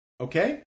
Okay